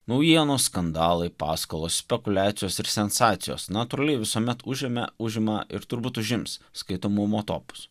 naujienos skandalai paskolos spekuliacijos ir sensacijos natūraliai visuomet užėmė užima ir turbūt užims skaitomumo topus